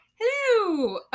Hello